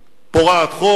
פורעת חוק,